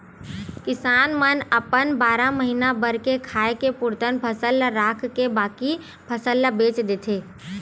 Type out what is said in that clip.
किसान मन अपन बारा महीना भर के खाए के पुरतन फसल ल राखके बाकी फसल ल बेच देथे